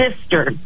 sister